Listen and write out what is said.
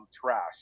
trash